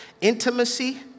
intimacy